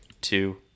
two